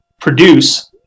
produce